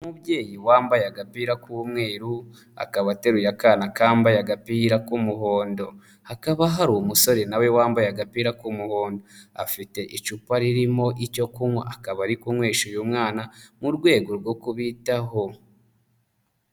Ni umubyeyi wambaye agapira k'umweru akaba ateruye akana kambaye agapira k'umuhondo, hakaba hari umusore nawe wambaye agapira k'umuhondo, afite icupa ririmo icyo kunywa akaba ari kunywesha uyu mwana mu rwego rwo kubitaho.